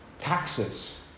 Taxes